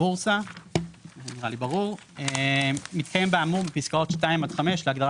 בבורסה; מתקיים בה האמור בפסקאות (2) עד (5) להגדרה